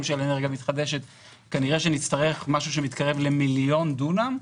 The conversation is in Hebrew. מאוד של אנרגיה מתחדשת כנראה נצטרך משהו שמתקרב למיליון דונם.